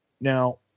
now